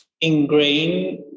ingrained